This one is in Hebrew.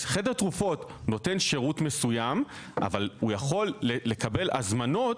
אז חדר תרופות נותן שירות מסוים אבל הוא יכול לקבל הזמנות